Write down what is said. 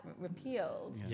repealed